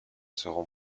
seront